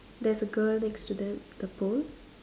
there's a girl next to them the pole